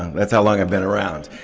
that's how long i've been around.